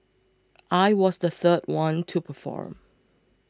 I was the third one to perform